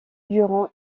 durant